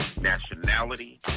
nationality